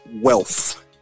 wealth